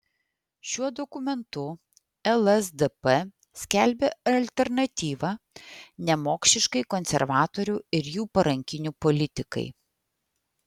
šiuo dokumentu lsdp skelbia alternatyvą nemokšiškai konservatorių ir jų parankinių politikai